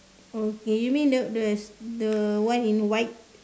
okay you mean the the s~ the one in white